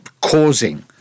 causing